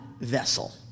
vessel